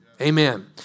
Amen